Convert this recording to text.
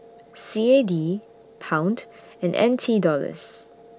C A D Pound and N T Dollars